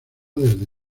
desde